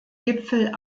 gipfel